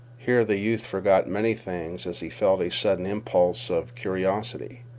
here the youth forgot many things as he felt a sudden impulse of curiosity.